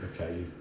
okay